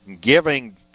giving